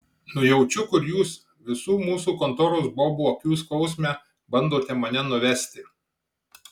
nujaučiu kur jūs visų mūsų kontoros bobų akių skausme bandote mane nuvesti